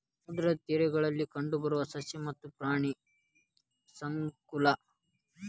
ಸಮುದ್ರದ ತೇರಗಳಲ್ಲಿ ಕಂಡಬರು ಸಸ್ಯ ಮತ್ತ ಪ್ರಾಣಿ ಸಂಕುಲಾ